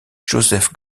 joseph